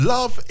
Love